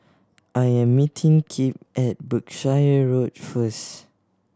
I am meeting Kipp at Berkshire Road first